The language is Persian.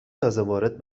تازهوارد